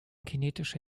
kinetische